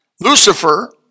Lucifer